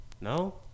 No